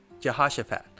Jehoshaphat